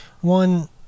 one